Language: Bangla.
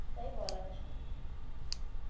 এটাই বলার ছিল